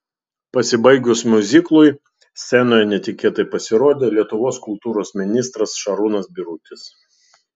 pasibaigus miuziklui scenoje netikėtai pasirodė lietuvos kultūros ministras šarūnas birutis